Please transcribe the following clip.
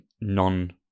non